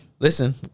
Listen